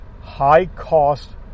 high-cost